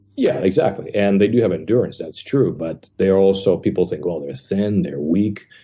yeah, exactly. and they do have endurance, that's true. but they are also people think, well, they're thin. they're weak.